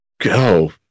Go